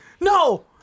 No